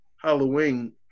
Halloween